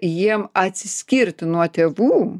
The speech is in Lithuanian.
jiem atsiskirti nuo tėvų